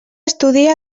estudia